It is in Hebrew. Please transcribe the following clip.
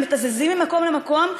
הם מתזזים ממקום למקום,